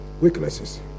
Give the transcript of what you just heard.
weaknesses